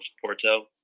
Porto